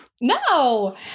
No